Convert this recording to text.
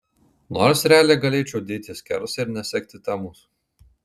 nors realiai galėčiau dėti skersą ir nesekti temos